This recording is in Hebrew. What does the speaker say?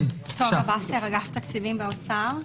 טובה וסר, אגף תקציבים, משרד האוצר.